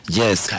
yes